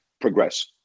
progress